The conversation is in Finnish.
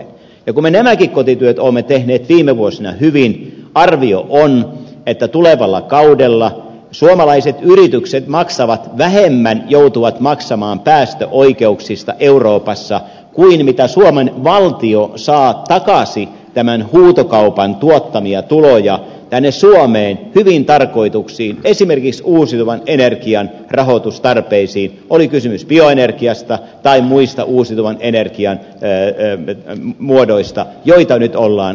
kun me nämäkin kotityöt olemme tehneet viime vuosina hyvin arvio on että tulevalla kaudella suomalaiset yritykset joutuvat maksamaan päästöoikeuksista vähemmän euroopassa kuin mitä suomen valtio saa takaisin tämän huutokaupan tuottamia tuloja tänne suomeen hyviin tarkoituksiin esimerkiksi uusiutuvan energian rahoitustarpeisiin oli kysymys bioenergiasta tai muista uusiutuvan energian muodoista joita nyt ollaan lisäämässä